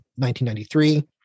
1993